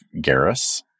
Garrus